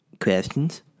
questions